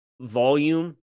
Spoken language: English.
volume